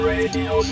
Radio